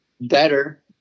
better